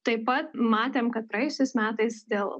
taip pat matėm kad praėjusiais metais dėl